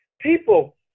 people